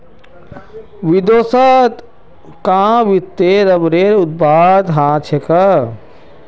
विदेशत कां वत्ते रबरेर उत्पादन ह छेक